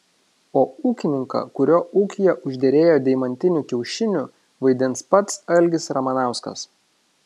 o ūkininką kurio ūkyje užderėjo deimantinių kiaušinių vaidins pats algis ramanauskas